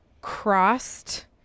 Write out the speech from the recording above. crossed